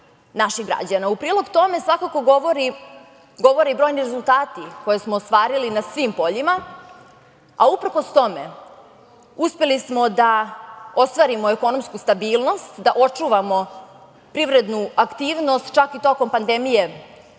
U prilog tome govore i brojni rezultati koje smo ostvarili na svim poljima, a uprkos tome uspeli smo da ostvarimo ekonomsku stabilnost, da očuvamo privrednu aktivnost, čak i tokom pandemije